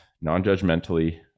non-judgmentally